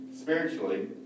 spiritually